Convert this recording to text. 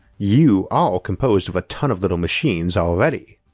you are composed of a ton of little machines already.